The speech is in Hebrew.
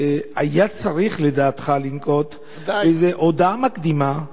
היה צריך לדעתך לנקוט איזו הודעה מקדימה,